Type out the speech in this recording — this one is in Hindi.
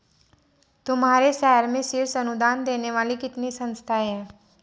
तुम्हारे शहर में शीर्ष अनुदान देने वाली कितनी संस्थाएं हैं?